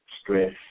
Stress